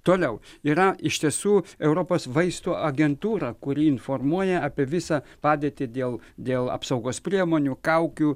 toliau yra iš tiesų europos vaistų agentūra kuri informuoja apie visą padėtį dėl dėl apsaugos priemonių kaukių